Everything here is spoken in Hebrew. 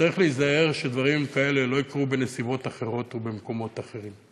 וצריך להיזהר שדברים כאלה לא יקרו בנסיבות אחרות ובמקומות אחרים.